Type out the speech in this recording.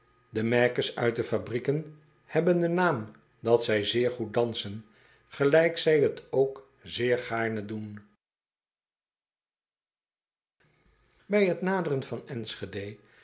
e mèkes uit de fabrieken hebben den naam dat zij zeer goed dansen gelijk zij t ook zeer gaarne doen ij het naderen van nschede